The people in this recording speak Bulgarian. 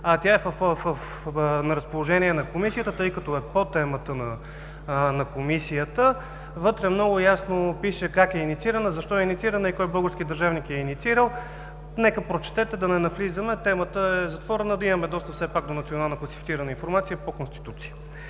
тя е на разположение на Комисията, тъй като е по темата на Комисията. Вътре много ясно пише как е инициирана, защо е инициирана и кой български държавник я е инициирал. Нека да прочетете, за да не навлизаме, защото темата е затворена, имаме достъп все пак до национална класифицирана информация по Конституция.